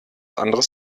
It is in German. anderes